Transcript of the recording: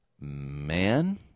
Man